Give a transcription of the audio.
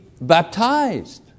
baptized